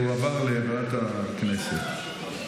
הועבר לוועדת הכנסת.